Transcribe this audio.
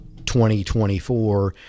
2024